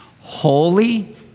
holy